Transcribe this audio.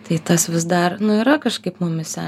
tai tas vis dar nu yra kažkaip mumyse